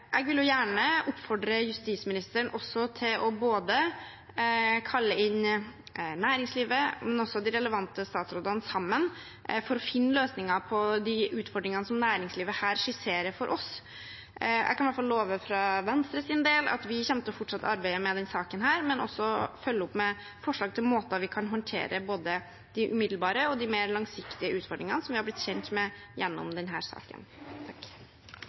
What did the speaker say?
Jeg vil gjerne oppfordre justisministeren til også å kalle inn både næringslivet og de relevante statsrådene sammen for å finne løsninger på de utfordringene som næringslivet her skisserer for oss. Jeg kan i hvert fall for Venstres del love at vi kommer til å fortsette arbeidet med denne saken, og også følge opp med forslag til hvordan vi kan håndtere både de umiddelbare og de mer langsiktige utfordringene som vi har blitt kjent med gjennom denne saken.